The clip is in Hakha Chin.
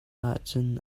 ahcun